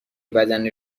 بدن